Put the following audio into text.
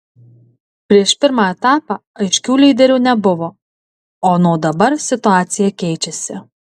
prieš pirmą etapą aiškių lyderių nebuvo o nuo dabar situacija keičiasi